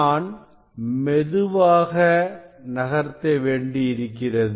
நான் மெதுவாக நகர்த்த வேண்டியிருக்கிறது